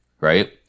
right